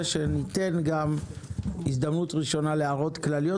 שניתן גם הזדמנות ראשונה להערות כלליות,